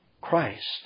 Christ